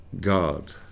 God